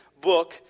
book